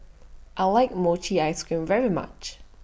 I like Mochi Ice Cream very much